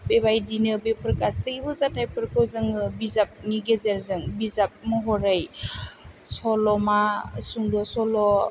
बे बाइदिनो बेफोर गासैबो जाथाइफोरखौ जोङो बिजाबनि गेजेरजों बिजाब महरै सल'मा सुंद' सल'